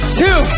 two